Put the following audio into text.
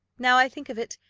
now i think of it,